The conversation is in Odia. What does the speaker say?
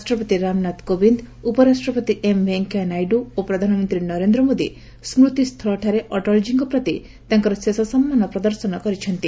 ରାଷ୍ଟ୍ରପତି ରାମନାଥ କୋବିନ୍ଦ ଉପରାଷ୍ଟ୍ରପତି ଏମ ଭେଙ୍କୟାନାଇଡୁ ଓ ପ୍ରଧାନମନ୍ତ୍ରୀ ନରେନ୍ଦ୍ର ମୋଦି ସ୍ଥତିସ୍ଥଳଠାରେ ଅଟଳଜୀଙ୍କ ପ୍ରତି ତାଙ୍କର ଶେଷ ସମ୍ମାନ ପ୍ରଦର୍ଶନ କରିଛନ୍ତି